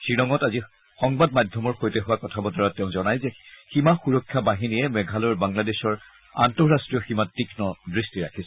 থিলঙত আজি সংবাদ মাধ্যমৰ লগত হোৱা কথা বতৰাত তেওঁ জনায় যে সীমা সুৰক্ষা বাহনীয়ে মেঘালয়ৰ বাংলাদেশৰ আন্তঃৰাষ্ট্ৰীয় সীমাত তীক্ষ্ণ দৃষ্টি ৰাখিছে